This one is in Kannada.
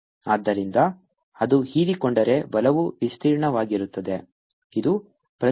ಆದ್ದರಿಂದ ಅದು ಹೀರಿಕೊಂಡರೆ ಬಲವು ವಿಸ್ತೀರ್ಣವಾಗಿರುತ್ತದೆ ಇದು ಪ್ರತಿ 0